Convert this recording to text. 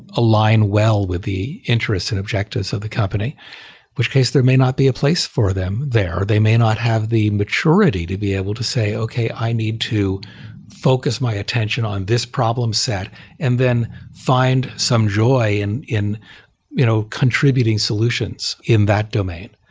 align well with the interests and objectives of the company, in which case there may not be a place for them there. they may not have the maturity to be able to say, okay, i need to focus my attention on this problem set and then find some joy and in you know contributing solutions in that domain.